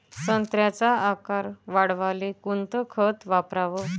संत्र्याचा आकार वाढवाले कोणतं खत वापराव?